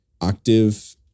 octave